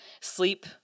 sleep